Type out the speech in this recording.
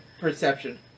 perception